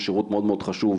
הוא שירות מאוד מאוד חשוב,